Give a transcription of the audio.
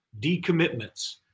decommitments